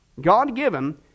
God-given